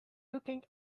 looking